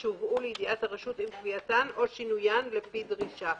ושהובאו לידיעת הרשות עם קביעתן או שינוין או לפי דרישתה.